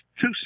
two